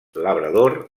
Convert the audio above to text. labrador